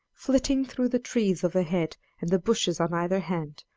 flitting through the trees overhead and the bushes on either hand,